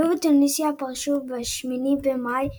לוב ותוניסיה פרשו ב-8 במאי 2004,